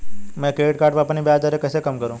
मैं credit card पर अपनी ब्याज दरें कैसे कम करूँ?